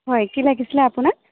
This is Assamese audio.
হয় কি লাগিছিলে আপোনাক